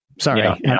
Sorry